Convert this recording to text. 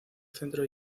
centro